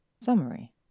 Summary